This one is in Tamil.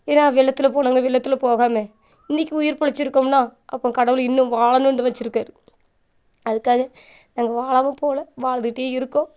ஏன்னா வெள்ளத்தில் போனவங்க வெள்ளத்தில் போகாமல் இன்றைக்கி உயிர் பிழைச்சிருக்கோம்னா அப்போ கடவுள் இன்னும் வாழணுன்னு வச்சிருக்கார் அதுக்காக நாங்கள் வாழாமல் போகல வாழ்ந்துகிட்டே இருக்கோம்